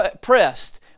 pressed